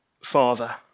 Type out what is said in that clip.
Father